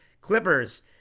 Clippers